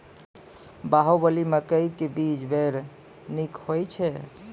बाहुबली मकई के बीज बैर निक होई छै